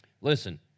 Listen